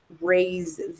raise